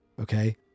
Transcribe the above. okay